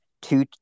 two